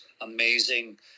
amazing